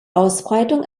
ausbreitung